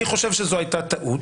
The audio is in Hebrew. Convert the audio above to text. אני חושב שזאת הייתה טעות.